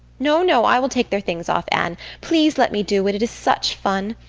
no, no, i will take their things off, anne please let me do it, it is such fun.